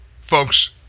Folks